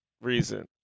reason